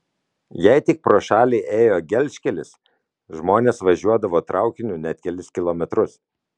jei tik pro šalį ėjo gelžkelis žmonės važiuodavo traukiniu net kelis kilometrus